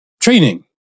training